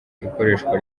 ikoreshwa